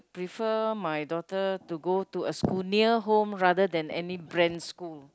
prefer my daughter to go to a school near home rather than any brand school